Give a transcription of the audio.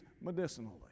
medicinally